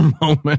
moment